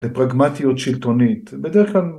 ‫לפרגמטיות שלטונית. בדרך כלל...